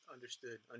Understood